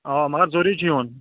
اوا مگر ضروٗری چھُ یُن